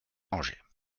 angers